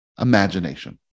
imagination